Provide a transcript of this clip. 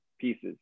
pieces